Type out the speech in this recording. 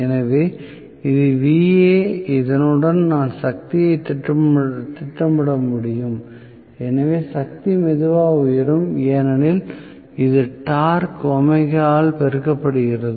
எனவே இது Va இதனுடன் நான் சக்தியையும் திட்டமிட முடியும் எனவே சக்தியும் மெதுவாக உயரும் ஏனெனில் இது டார்க் ஆல் பெருக்கப்படுகிறது